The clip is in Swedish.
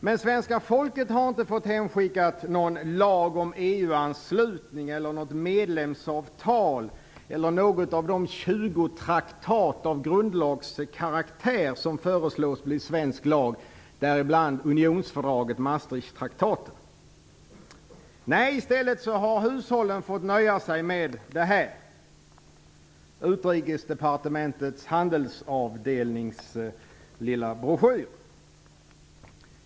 Men svenska folket har inte fått hemskickat någon lag om EU-anslutning eller något medlemsavtal eller någon av de 20 traktater av grundlagskaraktär som föreslås bli svensk lag, däribland unionsfördraget, Maastrichttraktaten. Nej, i stället har hushållen fått nöja sig med Utrikesdepartementets handelsavdelnings lilla broschyr.